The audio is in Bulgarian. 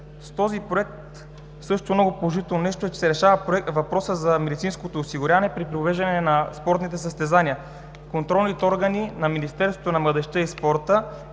и последващ. Много положително нещо в този Проект е, че се решава въпросът за медицинското осигуряване при провеждане на спортните състезания. Контролните органи на Министерството на младежта и спорта